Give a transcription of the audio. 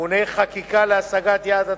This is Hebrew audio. (תיקוני חקיקה להשגת יעדי התקציב)